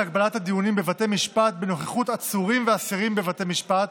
הגבלת הדיונים בבתי משפט בנוכחות עצורים ואסירים בבתי משפט